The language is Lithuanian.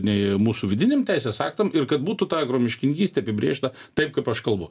nei mūsų vidiniam teisės aktam ir kad būtų ta agro miškininkystė apibrėžta taip kaip aš kalbu